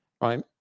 Right